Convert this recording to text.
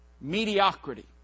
mediocrity